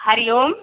Hari Om